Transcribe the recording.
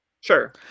Sure